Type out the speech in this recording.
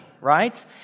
right